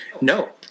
No